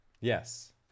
Yes